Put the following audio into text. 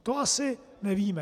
To asi nevíme.